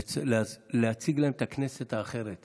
אני מקפיד בקנאות להציג להם את הכנסת האחרת,